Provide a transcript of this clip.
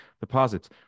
deposits